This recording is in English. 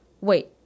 Wait